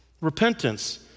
Repentance